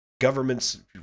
governments